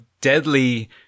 deadly